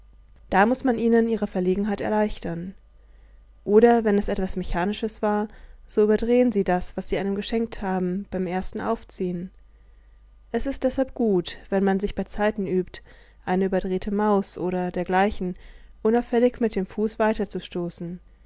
da muß man ihnen ihre verlegenheit erleichtern oder wenn es etwas mechanisches war so überdrehen sie das was sie einem geschenkt haben beim ersten aufziehen es ist deshalb gut wenn man sich beizeiten übt eine überdrehte maus oder dergleichen unauffällig mit dem fuß weiterzustoßen